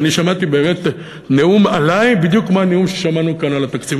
ואני שמעתי באמת נאום עלי בדיוק כמו הנאום ששמענו כאן על התקציב,